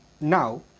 now